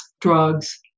drugs